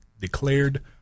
declared